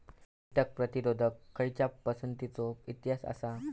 कीटक प्रतिरोधक खयच्या पसंतीचो इतिहास आसा?